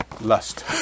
lust